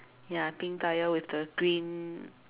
ya pink colour with the green